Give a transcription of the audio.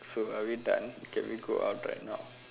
so are we done can we go out right now